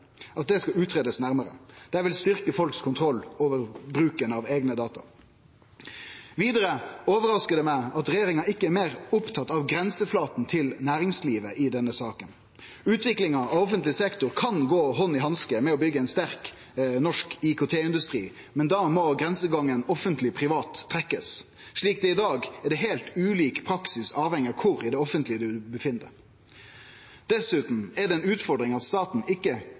at det skal greiast ut nærmare. Det vil styrkje kontrollen folk har over bruken av eigne data. Vidare overraskar det meg at regjeringa ikkje er meir oppteken av grenseflata til næringslivet i denne saka. Utviklinga av offentleg sektor kan gå hand i hanske med å byggje ein sterk norsk IKT-industri, men da må grensegangen offentleg/privat trekkjast. Slik det er i dag, er det heilt ulik praksis, avhengig av kvar i det offentlege ein er. Dessutan er det ei utfordring at staten ikkje